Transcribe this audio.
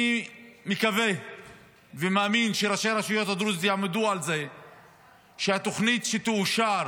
אני מקווה ומאמין שראשי הרשויות הדרוזיות יעמדו על זה שהתוכנית שתאושר